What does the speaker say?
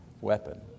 weapon